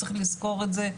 צריך לזכור את זה.